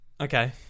Okay